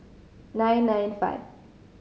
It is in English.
nine nine five